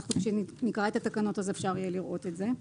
כשנקרא את התקנות אפשר יהיה לראות את זה.